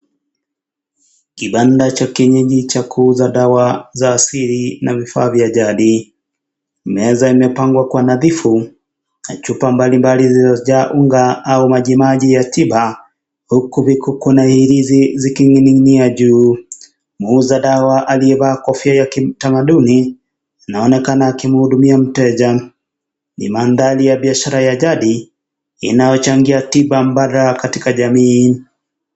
Kibanda cha kienyeji cha kuuza dawa za asili na vifaa vya jadi, meza imepangwa kwa nadhifu na chupa mbalimbali zilizojaa unga au majimaji ya tiba huku [?] vikining'inia juu muuza dawa aliyevaa kofia ya kitamaduni anaonekana akimhudumia mteja. Ni mandhari ya biashara ya jadi inayochangia tiba mbadala katika jamii.